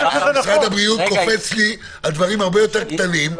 משרד הבריאות קופץ לי על דברים הרבה יותר קטנים,